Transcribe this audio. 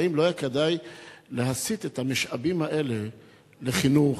האם לא היה כדאי להסיט את המשאבים האלה לחינוך,